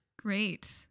Great